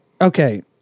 okay